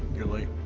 you're late.